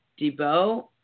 Debo